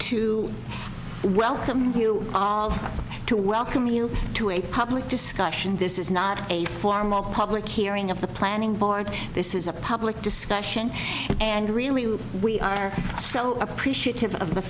to welcome you all to welcome you to a public discussion this is not a formal public hearing of the planning board this is a public discussion and really we are so appreciative of the